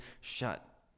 shut